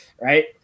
right